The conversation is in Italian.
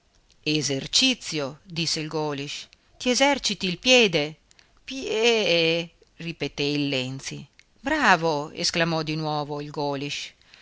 esercizio disse il golisch ti eserciti il piede piee ripeté il lenzi bravo esclamò di nuovo il golisch